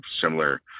similar